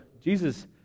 Jesus